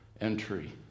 entry